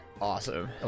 Awesome